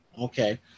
Okay